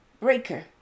Breaker